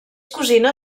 cosina